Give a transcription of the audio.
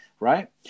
right